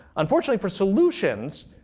unfortunately for solutions,